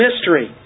mystery